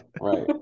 right